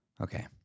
Okay